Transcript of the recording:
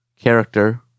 character